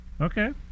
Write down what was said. Okay